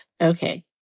Okay